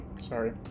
Sorry